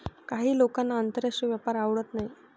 काही लोकांना आंतरराष्ट्रीय व्यापार आवडत नाही